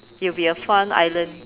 it'll be a fun island